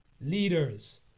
leaders